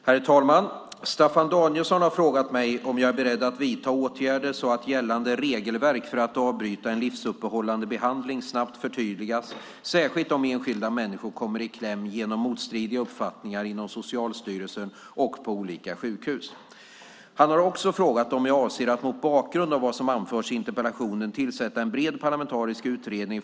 Herr talman! Staffan Danielsson har frågat mig om jag är beredd att vidta åtgärder så att gällande regelverk för att avbryta en livsuppehållande behandling snabbt förtydligas, särskilt om enskilda människor kommer i kläm genom motstridiga uppfattningar inom Socialstyrelsen och på olika sjukhus. Han har också frågat om jag avser att mot bakgrund av vad som anförs i interpellationen tillsätta en bred parlamentarisk utredning.